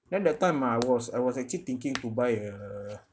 then that time I was I was actually thinking to buy a